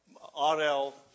RL